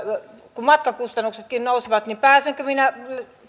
kun matkakustannuksetkin nousevat pääsenkö minä